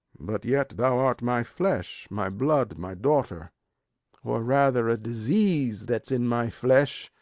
but yet thou art my flesh, my blood, my daughter or rather a disease that's in my flesh,